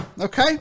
okay